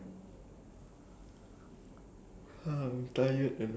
morning until like noon like that and Sunday